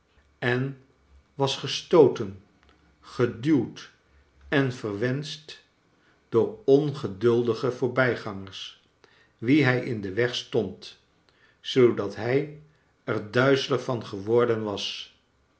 en was gestooten geduwd en verwenscht door ongeduldige voorbijgangers wien hij in den weg stond zoodat hij er duizelig van geworden was